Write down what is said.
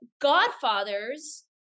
godfather's